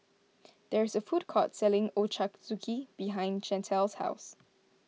there is a food court selling Ochazuke behind Chantal's house